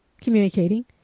communicating